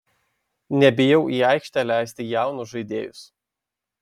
nebijau į aikštę leisti jaunus žaidėjus